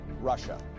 Russia